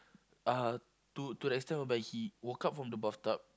uh to to the extent whereby he woke up from the bathtub